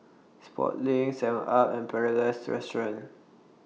Sportslink Seven up and Paradise Restaurant